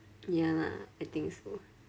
ya lah I think so